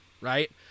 right